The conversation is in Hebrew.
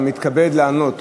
אתה מתכבד לענות.